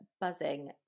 buzzing